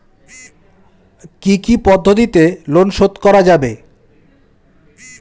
কি কি পদ্ধতিতে লোন শোধ করা যাবে?